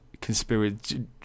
conspiracy